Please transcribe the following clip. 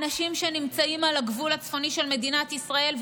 אנשים שנמצאים על הגבול הצפוני של מדינת ישראל.